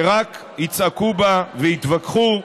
שרק יצעקו בה ויתווכחו,